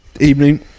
evening